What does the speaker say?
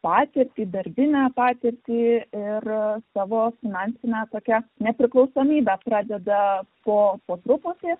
patirtį darbinę patirtį ir savo finansinę tokią nepriklausomybę pradeda po po truputį